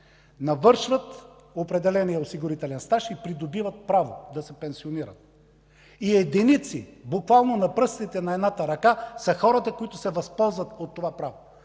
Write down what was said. навършват определения осигурителен стаж и придобиват право да се пенсионират и единици, буквално на пръстите на едната ръка, са хората, които се възползват от това право,